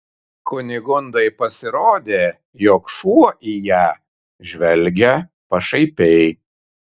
kunigundai pasirodė jog šuo į ją žvelgia pašaipiai